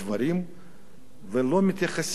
ולא מתייחסים לאדם הפשוט,